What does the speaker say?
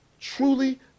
truly